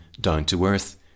down-to-earth